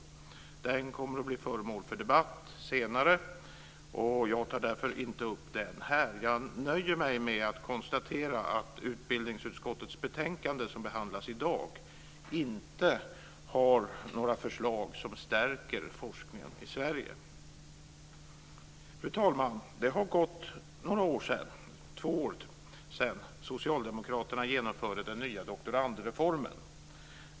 Den kommer att bli föremål för debatt senare. Jag tar därför inte upp den här utan nöjer mig med att konstatera att det betänkande från utbildningsutskottet som i dag behandlas inte innehåller några förslag som stärker forskningen i Sverige. Fru talman! Det är nu två år sedan Socialdemokraterna genomförde den nya doktorandreformen.